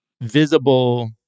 visible